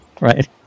Right